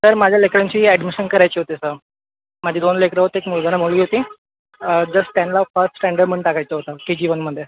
sir माझ्या लेकरांची ॲडमिशन करायची होती सर माझी दोन लेकरं होती एक मुलगा आणि एक मुलगी होती जर त्यांला फर्स्ट स्टँडर्डमध्ये टाकायचं होतं के जी वनमध्ये